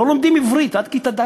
לא לומדים עברית עד כיתה ד'.